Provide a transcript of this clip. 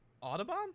Audubon